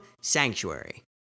Sanctuary